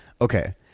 Okay